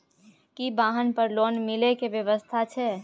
की वाहन पर लोन मिले के व्यवस्था छै?